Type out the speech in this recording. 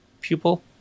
pupil